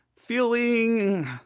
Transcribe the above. feeling